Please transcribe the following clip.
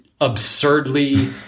Absurdly